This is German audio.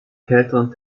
kälteren